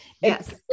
Yes